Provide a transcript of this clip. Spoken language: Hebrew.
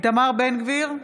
איתמר בן גביר,